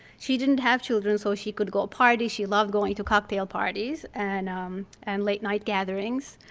she didn't have children, so she could go party. she loved going to cocktail parties and um and late night gatherings